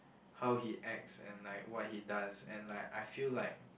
how he acts and like what he does and like I feel like